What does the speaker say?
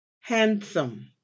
handsome